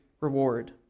reward